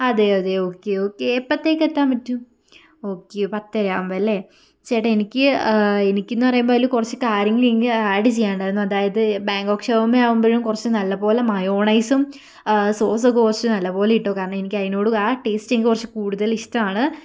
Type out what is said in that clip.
അതെ അതെ okay okay എപ്പത്തേക്ക് എത്താൻ പറ്റും ഓക്കെ പത്തര ആകുമ്പം അല്ലേ ചേട്ടാ എനിക്ക് എനിക്കിന്ന് പറയുമ്പം അതില് കൊറച്ച് കാര്യങ്ങള് ഇനി ആഡ് ചെയ്യാനുണ്ടായിരുന്നു അതായത് ബാങ്കോക്ക് ഷവർമ ആവുമ്പഴും കുറച്ച് നല്ലപ്പോലെ മയോണൈസും സോസും ഒക്കെ കുറച്ച് നല്ലപ്പോലെ ഇട്ടോ കാരണം എനിക്ക് അതിനോടും ആ ടേസ്റ്റ് എനിക്ക് കുറച്ച് കൂടുതലിഷ്ടാണ്